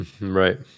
Right